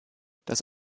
das